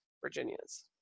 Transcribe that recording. Virginia's